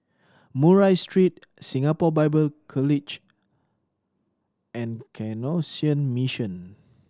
Murray Street Singapore Bible College and Canossian Mission